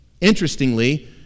Interestingly